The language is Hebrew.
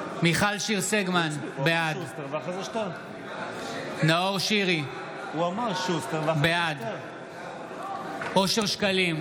סגמן, בעד נאור שירי, בעד אושר שקלים,